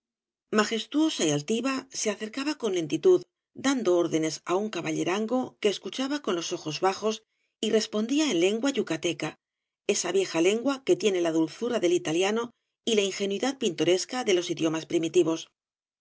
majestuosa y altiva se acercaba con lentitud dando órdenes á un caballerango que escuchaba con los ojos bajos y respondía en lengua yucateca esa vieja lengua que tiene la dulzura del italiano y la ingenuidad pintoresca de los idiomas primitivos